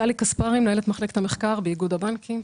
גלי כספרי, מנהלת מחלקת המחקר באיגוד הבנקים.